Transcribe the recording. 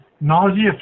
Nausea